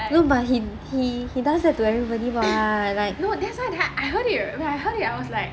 no but he he he does that to everybody [what]